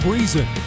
Reason